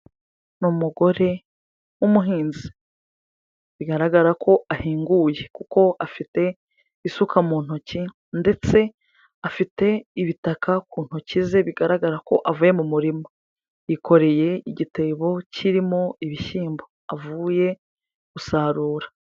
Ni umugore w'umuhinzi, bigaragara ko ahinguye kuko afite isuka mu ntoki ndetse afite ibitaka ku ntoki ze bigaragara ko avuye mu murima, yikoreye igitebo kirimo ibishyimbo avuye gusarura.